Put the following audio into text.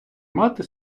мати